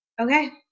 okay